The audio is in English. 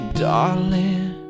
darling